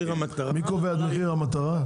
מי קובע את מחיר המטרה?